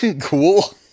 cool